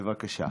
בבקשה.